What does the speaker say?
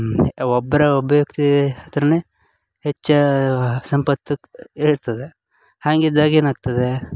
ಒಬ್ರು ಒಬ್ಬ ವ್ಯಕ್ತಿ ಹತ್ರವೇ ಹೆಚ್ಚು ಸಂಪತ್ತು ಇರ್ತದೆ ಹಾಂಗಿದ್ದಾಗ ಏನಾಗ್ತದೆ